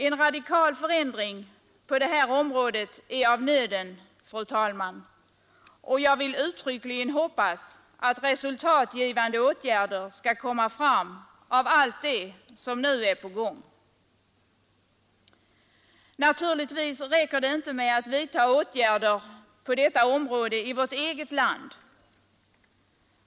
En radikal förändring på detta område är av nöden, fru talman, och jag vill uttryckligen säga ifrån att jag hoppas att resultatgivande åtgärder skall komma ut av allt det som nu är på gång. Naturligtvis räcker det inte med att vidta åtgärder på detta område i vårt eget land.